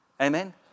Amen